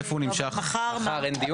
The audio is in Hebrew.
אם צריך תיקונים כאלה ואחרים.